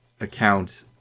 account